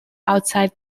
outside